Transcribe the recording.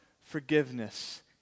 forgiveness